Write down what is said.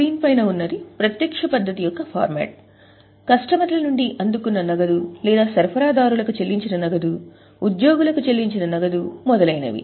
ఇప్పుడు ఇది ప్రత్యక్ష పద్ధతి యొక్క ఫార్మాట్ కస్టమర్ల నుండి అందుకున్న నగదు లేదా సరఫరాదారులకు చెల్లించిన నగదు ఉద్యోగులకు చెల్లించిన నగదు మొదలైనవి